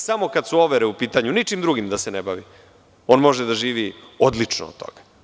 Samo kad su overe u pitanju, ničim drugim da se ne bavi, on može da živi odlično od toga.